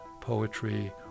poetry